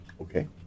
Okay